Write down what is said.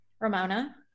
Ramona